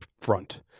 front